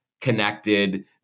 connected